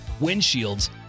windshields